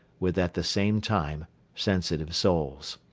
with at the same time sensitive souls.